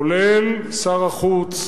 כולל שר החוץ,